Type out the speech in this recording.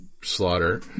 slaughter